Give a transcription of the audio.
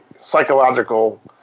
Psychological